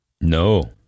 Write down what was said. No